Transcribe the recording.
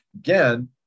again